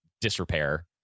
disrepair